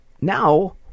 now